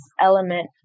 element